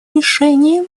решение